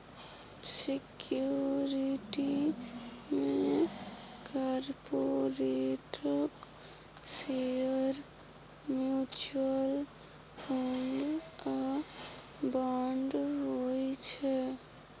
security मे कारपोरेटक share, mutual fund आ बांड होइ छै